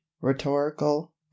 rhetorical